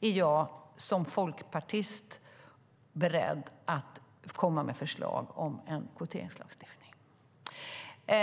jag som folkpartist är beredd att komma med förslag om en kvoteringslagstiftning om det inte sker substantiella förbättringar under den här bolagsstämmoperioden.